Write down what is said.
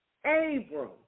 Abram